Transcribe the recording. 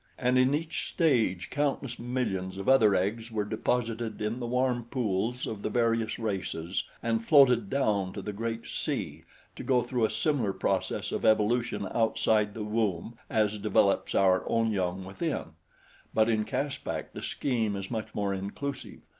and in each stage countless millions of other eggs were deposited in the warm pools of the various races and floated down to the great sea to go through a similar process of evolution outside the womb as develops our own young within but in caspak the scheme is much more inclusive,